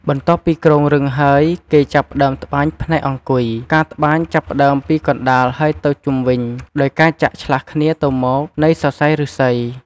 បន្ទាប់ពីគ្រោងរឹងហើយ គេចាប់ផ្តើមត្បាញផ្នែកអង្គុយ ការត្បាញចាប់ផ្តើមពីកណ្តាលហើយទៅជុំវិញ ដោយការចាក់ឆ្លាស់គ្នាទៅមក នៃសរសៃឬស្សី។